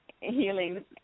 healing